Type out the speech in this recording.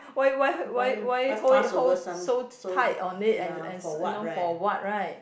why why why why why hold it hold so tight on it and and you know for what right